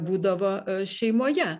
būdavo šeimoje